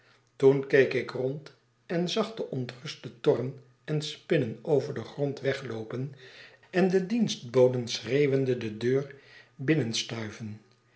toen keek ik rond en zag de ontruste torren en spinnen over den grond wegloopen en de dienstboden schreeuwende de deur